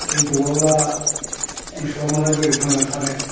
दै दौवाब्ला मोसौआ मालाय बोरै थांना थानो